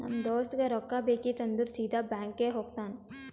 ನಮ್ ದೋಸ್ತಗ್ ರೊಕ್ಕಾ ಬೇಕಿತ್ತು ಅಂದುರ್ ಸೀದಾ ಬ್ಯಾಂಕ್ಗೆ ಹೋಗ್ತಾನ